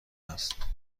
است